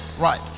Right